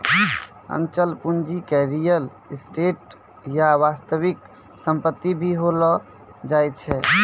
अचल पूंजी के रीयल एस्टेट या वास्तविक सम्पत्ति भी कहलो जाय छै